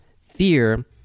Fear